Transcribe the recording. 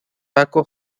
paco